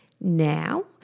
now